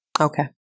Okay